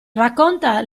racconta